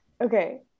Okay